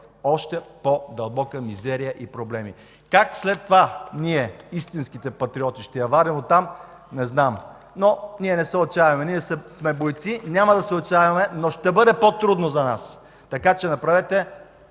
още по-дълбока мизерия и проблеми. Как след това ние – истинските патриоти, ще я вадим оттам, не знам. Но ние не се отчайваме. Ние сме бойци, няма да се отчайваме, но ще бъде по-трудно за нас. Така че направете